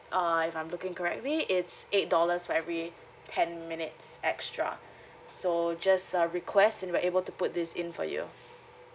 err if I'm looking correctly it's eight dollars for every ten minutes extra so just uh request then we're able to put this in for you